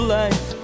life